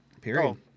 Period